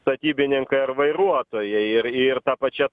statybininkai ar vairuotojai ir ir ta pačia